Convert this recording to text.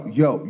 yo